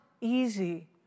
easy